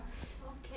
okay